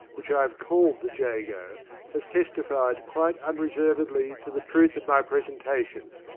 which i have called the jago, has testified quite unre servedly to the truth of my presentation.